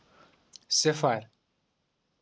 صِفر